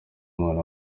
umwana